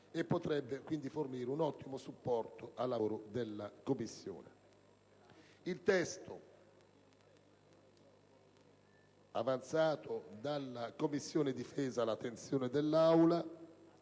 e potrebbe quindi fornire un ottimo supporto al lavoro della Commissione. Il testo proposto dalla Commissione difesa all'attenzione dell'Aula